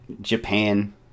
Japan